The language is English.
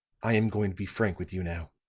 i am going to be frank with you now,